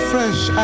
fresh